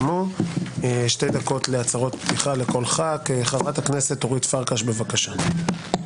חברת הכנסת אורית פרקש, בבקשה.